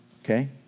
okay